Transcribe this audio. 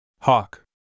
Hawk